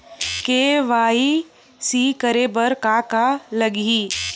KYC करे बर का का लगही?